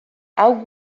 hau